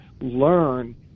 learn